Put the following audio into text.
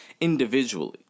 Individually